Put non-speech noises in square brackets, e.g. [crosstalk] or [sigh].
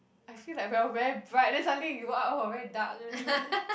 I feel like we are very bright then suddenly you go out oh very dark then is like [laughs]